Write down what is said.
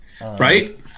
Right